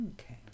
Okay